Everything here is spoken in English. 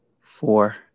four